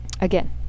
Again